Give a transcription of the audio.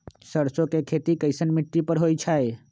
सरसों के खेती कैसन मिट्टी पर होई छाई?